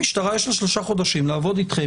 למשטרה יש שלושה חודשים לעבוד איתכם,